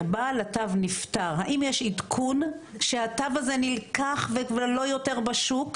בעל התו נפטר שהתו הזה נלקח וכבר אינו יותר בשוק?